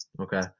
Okay